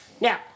Now